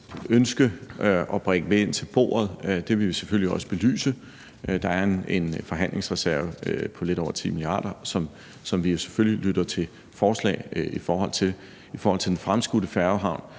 ønske at bringe med ind til bordet, vil vi selvfølgelig belyse. Der er en forhandlingsreserve på lidt over 10 mia. kr., som vi jo selvfølgelig lytter til forslag om. I forhold til den fremskudte færgehavn